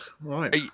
right